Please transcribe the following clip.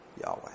Yahweh